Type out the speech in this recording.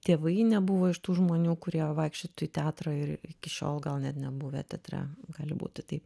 tėvai nebuvo iš tų žmonių kurie vaikščiotų į teatrą ir iki šiol gal net nebuvę teatre gali būti taip